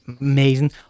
amazing